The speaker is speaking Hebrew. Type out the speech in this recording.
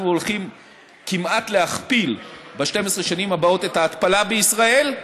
אנחנו הולכים כמעט להכפיל ב-12 השנים הבאות את ההתפלה בישראל.